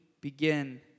begin